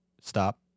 Stop